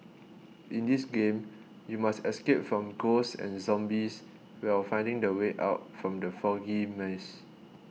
in this game you must escape from ghosts and zombies will finding the way out from the foggy maze